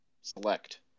select